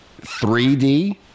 3D